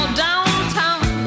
downtown